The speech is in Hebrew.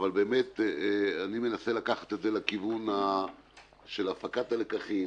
אני מנסה לקחת את זה לכיוון של הפקת הלקחים